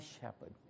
shepherd